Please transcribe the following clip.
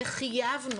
וחייבנו.